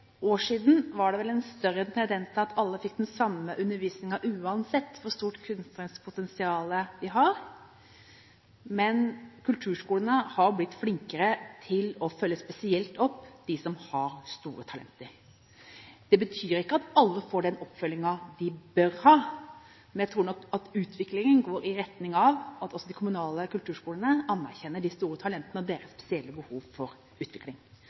år siden var det vel en større tendens til at alle fikk den samme undervisningen uansett hvor stort kunstnerpotensial de hadde, men kulturskolene har blitt flinkere til å følge spesielt opp dem som har store talenter. Det betyr ikke at alle får den oppfølgingen de bør ha. Jeg tror nok at utviklingen går i retning av at også de kommunale kulturskolene anerkjenner de store talentene og deres spesielle behov for utvikling.